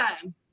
time